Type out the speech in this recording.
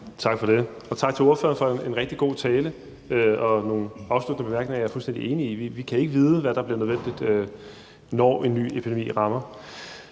Tak for det, og tak til ordføreren for en rigtig god tale og nogle afsluttende bemærkninger, jeg er fuldstændig enig i. Vi kan ikke vide, hvad der bliver nødvendigt, når en ny epidemi rammer.